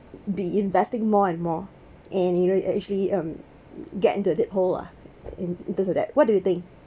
be investing more and more and you don't actually um get into the hole ah in this or that what do you think